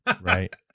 right